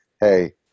hey